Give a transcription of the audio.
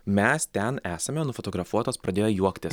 mes ten esame nufotografuotos pradėjo juoktis